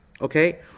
Okay